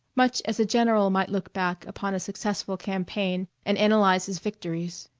much as a general might look back upon a successful campaign and analyze his victories.